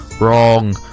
wrong